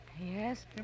Yes